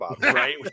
right